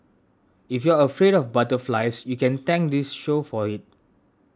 if you're afraid of butterflies you can thank this show for it